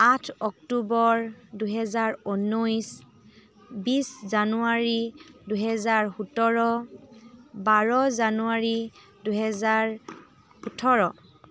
আঠ অক্টোবৰ দুহেজাৰ ঊনৈছ বিশ জানুৱাৰী দুহেজাৰ সোতৰ বাৰ জানুৱাৰী দুহেজাৰ ওঁঠৰ